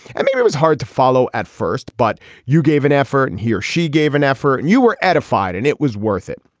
and mean, it was hard to follow at first, but you gave an effort and he or she gave an effort and you were edified and it was worth it.